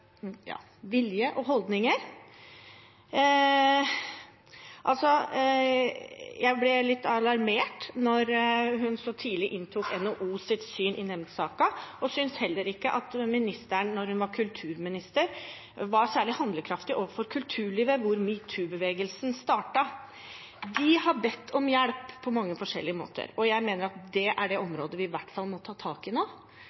vilje og holdninger. Jeg ble litt alarmert da ministeren så tidlig inntok NHOs syn i denne saken, og jeg synes heller ikke at hun da hun var kulturminister, var særlig handlekraftig overfor kulturlivet, hvor metoo-bevegelsen startet. De har bedt om hjelp på mange forskjellige måter, og jeg mener at dette er det området vi i hvert fall må ta tak i nå.